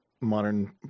modern